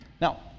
Now